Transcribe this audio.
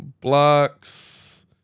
Blocks